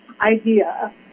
Idea